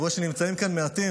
אני רואה שנמצאים כאן מעטים.